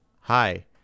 hi